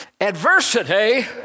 Adversity